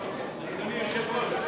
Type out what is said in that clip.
אדוני היושב-ראש,